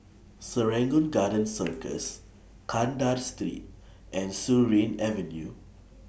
Serangoon Garden Circus Kandahar Street and Surin Avenue